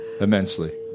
immensely